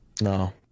No